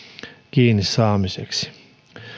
kiinni saamiseksi